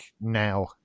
now